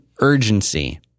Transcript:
urgency